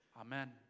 Amen